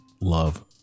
love